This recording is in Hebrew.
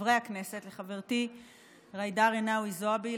לחברתי ג'ידא רינאוי זועבי,